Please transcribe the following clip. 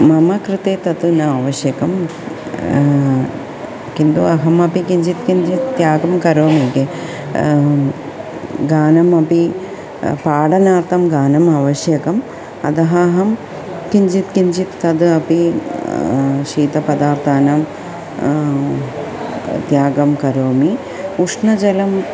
मम कृते तत् न आवश्यकं किन्तु अहमपि किञ्चित् किञ्चित् त्यागं करोमि गानमपि पाठनार्थं गानम् आवश्यकम् अतः अहं किञ्चित् किञ्चित् तदपि शीतपदार्थानां त्यागं करोमि उष्णजलम्